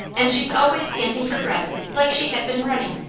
and she's always panting for breath like she had been running.